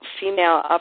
female